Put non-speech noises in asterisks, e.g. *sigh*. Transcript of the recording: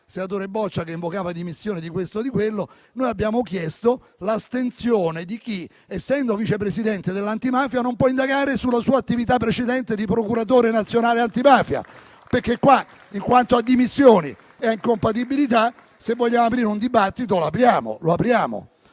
senatore Boccia che invocava le dimissioni di questo o di quello. Noi abbiamo chiesto l'astensione di chi, essendo Vice Presidente dell'antimafia, non può indagare sulla sua attività precedente di procuratore nazionale antimafia. *applause* Infatti, in quanto a dimissioni e a incompatibilità, se vogliamo aprire un dibattito qui, lo apriamo,